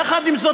יחד עם זאת,